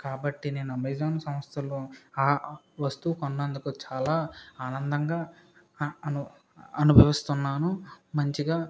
కాబట్టి నేను అమెజాన్ సంస్థలో ఆ వస్తువు కొన్నందుకు చాలా ఆనందంగా ఆ అనుభవిస్తున్నాను మంచిగా